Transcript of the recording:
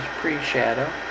pre-shadow